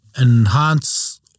enhance